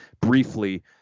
briefly